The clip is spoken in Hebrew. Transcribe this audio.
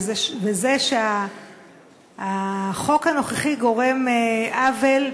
וזה שהחוק הנוכחי גורם עוול,